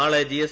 നാളെ ജിഎസ്